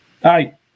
Hi